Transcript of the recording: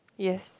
yes